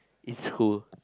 in school